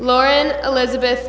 lauren elizabeth